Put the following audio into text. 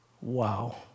Wow